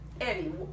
Eddie